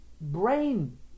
brain